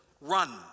run